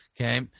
Okay